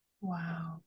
Wow